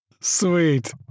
sweet